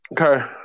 Okay